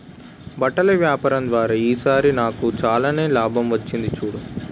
బట్టల వ్యాపారం ద్వారా ఈ సారి నాకు చాలానే లాభం వచ్చింది చూడు